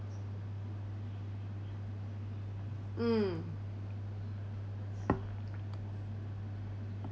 mm